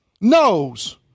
knows